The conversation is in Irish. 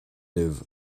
libh